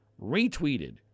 retweeted